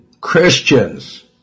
Christians